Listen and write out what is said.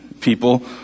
people